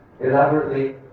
elaborately